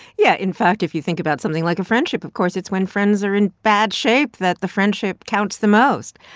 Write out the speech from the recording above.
yeah. in fact, if you think about something like a friendship, of course, it's when friends are in bad shape that the friendship counts the most.